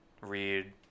read